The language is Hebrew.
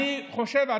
אני חושב,